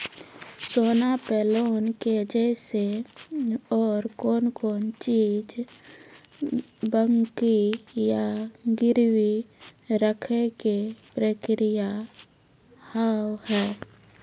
सोना पे लोन के जैसे और कौन कौन चीज बंकी या गिरवी रखे के प्रक्रिया हाव हाय?